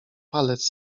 palec